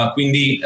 Quindi